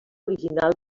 original